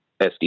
SD